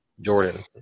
Jordan